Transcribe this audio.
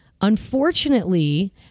Unfortunately